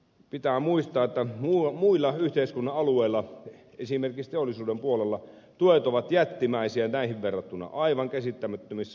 pitää muistaa että muilla yhteiskunnan alueilla esimerkiksi teollisuuden puolella tuet ovat jättimäisiä näihin verrattuna aivan käsittämättömissä summissa